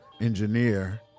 engineer